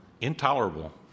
intolerable